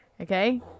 okay